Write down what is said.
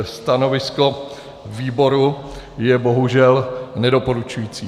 Stanovisko výboru je bohužel nedoporučující.